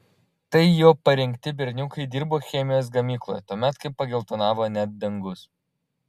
tai jo parinkti berniukai dirbo chemijos gamykloje tuomet kai pageltonavo net dangus